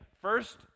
first